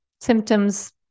symptoms